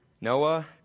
Noah